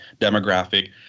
demographic